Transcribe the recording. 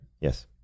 Yes